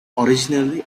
originally